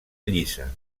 llisa